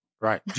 Right